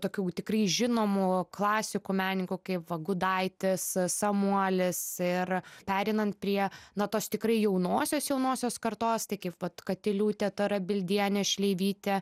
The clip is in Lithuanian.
tokių tikrai žinomų klasikų menikų kaip va gudaitis samuolis ir pereinant prie na tos tikrai jaunosios jaunosios kartos tai kaip vat katiliūtė tarabildienė šleivytė